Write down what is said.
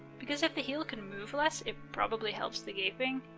because if the heel can move less, it probably helps the gaping.